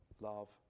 love